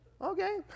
Okay